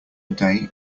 day